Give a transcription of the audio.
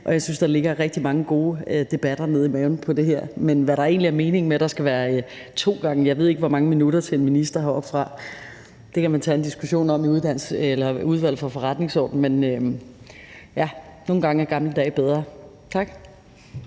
Jeg synes, at der ligger rigtig mange gode debatter nede i maven på det her. Men hvad der egentlig er meningen med, at der skal være to gange, jeg ved ikke hvor mange minutter til en minister heroppe, ved jeg ikke. Det kan man tage en diskussion om i Udvalget for Forretningsordenen. Men nogle gange var gamle dage bedre. Tak.